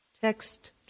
text